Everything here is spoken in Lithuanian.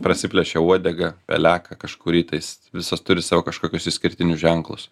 prasiplėšia uodegą peleką kažkurį tais visos turi sau kažkokius išskirtinius ženklus